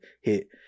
hit